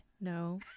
no